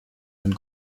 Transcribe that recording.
von